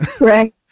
Right